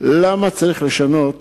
למה צריך לשנות